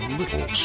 little